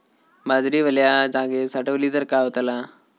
बाजरी वल्या जागेत साठवली तर काय होताला?